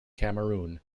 cameroon